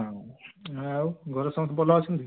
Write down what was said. ହଁ ଆଉ ଘରେ ସମସ୍ତେ ଭଲ ଅଛନ୍ତି